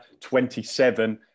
27